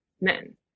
men